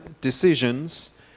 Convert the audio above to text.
decisions